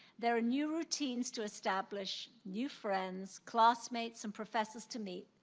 they are new routines to establish, new friends, classmates, and professors to meet.